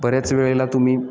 बऱ्याच वेळेला तुम्ही